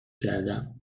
کردم